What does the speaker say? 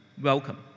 Welcome